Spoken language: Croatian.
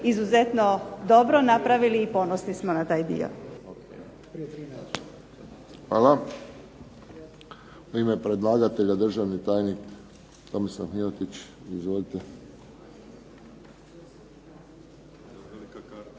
izuzetno dobro napravili i ponosni smo na taj dio. **Friščić, Josip (HSS)** Hvala. U ime predlagatelja, državni tajnik Tomislav Mihotić. Izvolite.